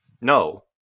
No